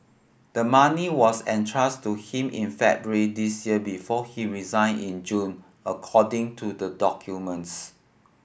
the money was entrusted to him in February this year before he resigned in June according to the documents